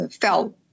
fell